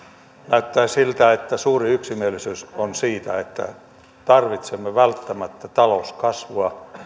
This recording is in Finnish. näyttää siltä että suuri yksimielisyys on siitä että tarvitsemme välttämättä talouskasvua